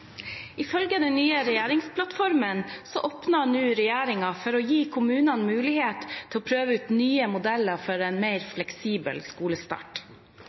Ifølge den nye regjeringsplattformen åpner nå regjeringen for å gi kommunene mulighet til å prøve ut nye modeller for en mer fleksibel skolestart.